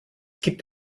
gibt